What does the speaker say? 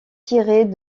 tirés